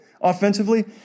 offensively